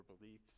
beliefs